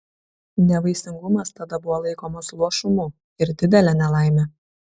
nevaisingumas tada buvo laikomas luošumu ir didele nelaime